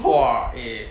!wah! eh